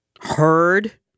heard